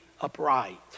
upright